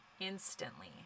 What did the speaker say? instantly